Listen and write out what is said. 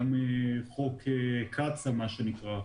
גם חוק קצ"א מה שנקרא,